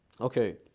Okay